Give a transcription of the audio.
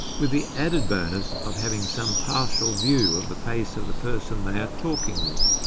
with the added bonus of having some partial view of the face of the person they are talking with.